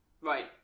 Right